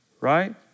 Right